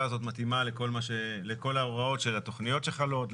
הזאת מתאימה לכל ההוראות של התכניות שחלות,